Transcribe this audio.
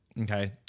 okay